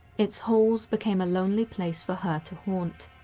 its halls became a lonely place for her to haunt.